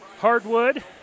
hardwood